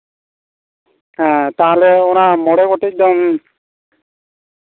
ᱦᱮᱸ ᱛᱟᱦᱚᱞᱮ ᱚᱱᱟ ᱢᱚᱬᱮ ᱜᱚᱴᱮᱡ ᱫᱚᱢ